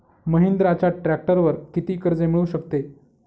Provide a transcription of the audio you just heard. महिंद्राच्या ट्रॅक्टरवर किती कर्ज मिळू शकते?